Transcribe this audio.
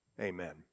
Amen